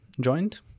joined